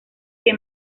que